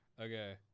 Okay